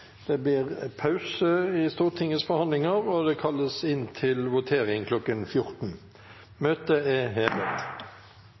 Det blir nå en pause i Stortingets forhandlinger, og det vil bli ringt inn til votering kl. 14.